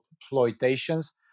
exploitations